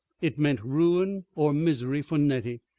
it meant ruin or misery for nettie.